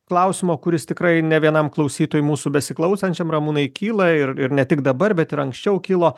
klausimo kuris tikrai ne vienam klausytojui mūsų besiklausančiam ramūnai kyla ir ir ne tik dabar bet ir anksčiau kilo